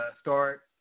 start